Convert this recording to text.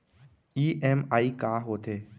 EMI का होथे?